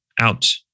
out